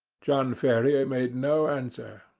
john ferrier made no answer,